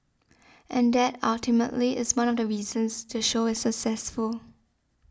and that ultimately is one of the reasons the show is successful